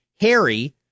Harry